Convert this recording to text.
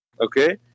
Okay